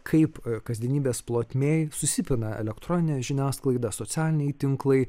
kaip kasdienybės plotmėj susipina elektroninė žiniasklaida socialiniai tinklai